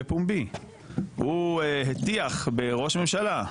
בפומבי הוא הטיח בראש הממשלה.